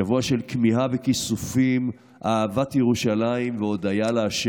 שבוע של כמיהה וכיסופים, אהבת ירושלים והודיה לה'.